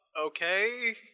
Okay